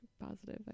positive